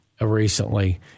recently